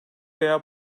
veya